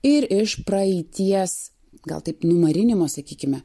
ir iš praeities gal taip numarinimo sakykime